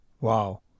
Wow